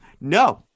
No